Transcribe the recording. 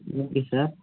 okay sir